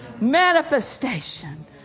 Manifestation